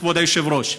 כבוד היושב-ראש.